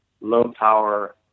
low-power